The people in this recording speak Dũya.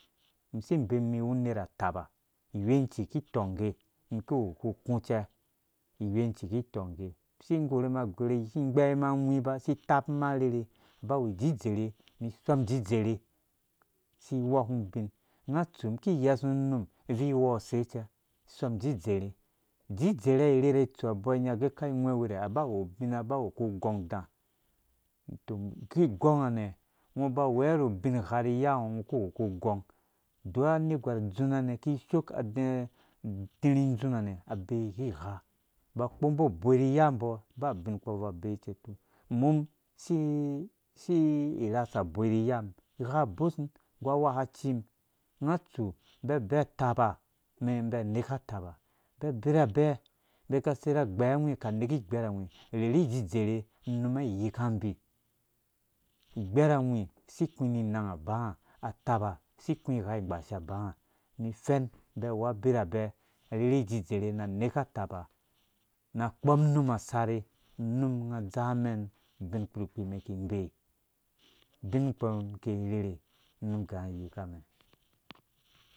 Isi inbeem umum iwu uner atapa ingwenci ki itɔgngge iki iwu ukuku cɛ ingwenci ki itong ngge isi igweahu mum agwerha si ighɛyima angwi si itapumum arherhe aba. awu idzidzɛrhe umum isɔm idzidzɛrhe si iwɔku ubin unga atsu iki iyesu unumibvui iwo use cɛ isom idzidzɛrhe idzidzɛrhe irherhɛ itsu abɔɔ inya agɛ ungwɛwurɛaba awu ubin aba awu uku ungo uda tɔ ki igɔnga ne ungo uba weɔ ru ubin gha ri iyango ungo uku uwu kukugɔng duk anegwar ndzunga nɛ kishook adɛɛ itiri indzung ha nɛ abɛɛ ighigha aba akpombo uboi ri iyambo ba ubin kpɔ umbɔ abvui abee cɛ ikɛi umum si si irasa uboi ri iyam igha ubosum nggu aweka cim unga atsu umbi abi ataba. unbi aneka aaba umbi abirabe umbiaka asei ra agbeɛyangwi. ka neke igbɛrhangwi urherhi idzidzɛrhe unum ai iyankanga umbi ighbɛrhangui si iku ininang abanga. ataba si iku igha ingbaashe abanga umum ifɛ umbi awu abirabɛ ka irherhi idzidzɛrhe na keke ataba na akpɔm unum asarher unum unga adzaa umum ubinkpi umum iki indee ubin kpɔ umum iki irherhe unum iganga ayika umɛn